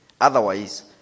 Otherwise